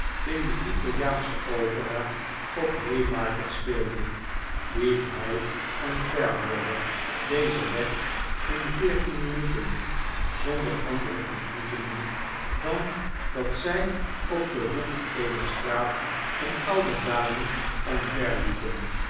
in de italiaansche opera op haymarket speelde liep hij en pairbrother dezen weg in minuten zonder andere ontmoetingen dan dat zij op den hoek eener straat eene oude dame omver liepen